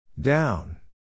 Down